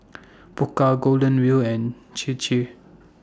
Pokka Golden Wheel and Chir Chir